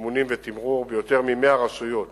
סימונים ותמרור ביותר מ-100 רשויות